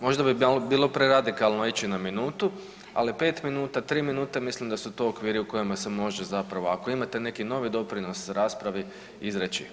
Možda bi bilo preradikalno ići na minutu, ali 5 minuta, 3 minute, mislim da su to okviri u kojima se može zapravo ako imate neki novi doprinos raspravi izreći.